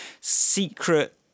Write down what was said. secret